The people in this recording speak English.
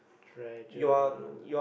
treasure